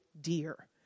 dear